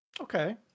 Okay